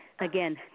Again